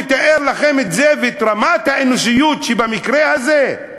לתאר לכם את זה ואת רמת האנושיות שבמקרה הזה?